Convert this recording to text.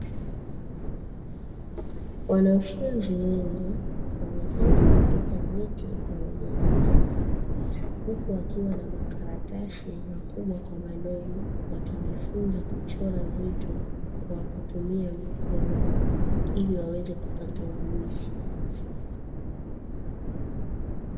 Wanafunzi wengi wameketi katika viti pamoja na meza huku wakiwa na makaratasi makubwa kwa madogo kujifunza kuchora vitu kwa kutumia mikono ili waweze kupata ujuzi.